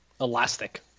Elastic